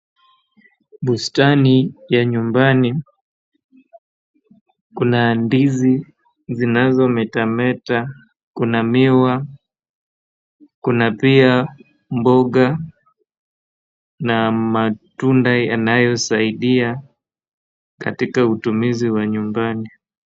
Bustani ya nyumbani kuna ndizi zinazometameta, kuna miwa, kuna pia mboga na matunda yanayosaidia katika utumizi wa nyumbani.